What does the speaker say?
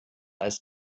als